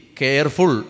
careful